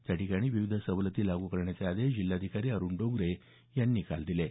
त्याठिकाणी विविध सवलती लागू करण्याचे आदेश जिल्हाधिकारी अरुण डोंगरे यांनी काल दिले आहेत